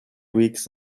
weeks